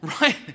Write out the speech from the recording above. right